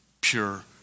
pure